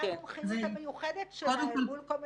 שחברי הכנסת יוכלו לעשות את הפעילות שלהם בצורה בטוחה